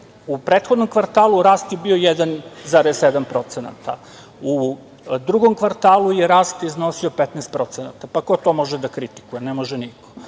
prethodnom kvartalu rast je bio 1,7%. U drugom kvartalu je rast iznosio 15%, pa ko to može da kritikuje? Ne može niko.